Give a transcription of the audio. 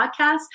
podcast